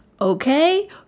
okay